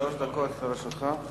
שלוש דקות לרשותך.